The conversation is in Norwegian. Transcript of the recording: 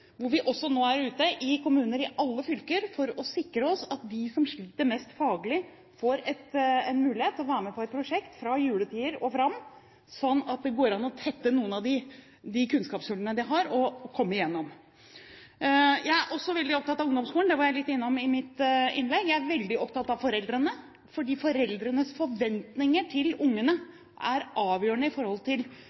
hvor vi nå er ute i kommuner i alle fylker for å sikre oss at de som sliter mest faglig, får en mulighet til å være med på et prosjekt fra juletider og framover, for å tette noen av de kunnskapshullene de har, slik at de kan komme seg igjennom. Jeg er også veldig opptatt av ungdomsskolen. Det var jeg kort innom i mitt innlegg. Jeg er veldig opptatt av foreldrene, fordi foreldrenes forventinger til ungene er avgjørende for hvor langt de kan få brukt sitt potensial i